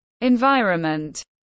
environment